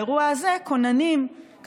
כאשר האירוע הזה התגלה לנו,